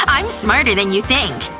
um i'm smarter than you think.